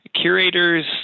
curators